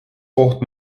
koht